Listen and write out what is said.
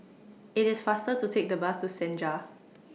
IT IS faster to Take The Bus to Senja